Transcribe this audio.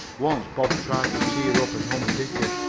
once bob tried to cheer up and hum a ditty,